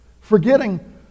Forgetting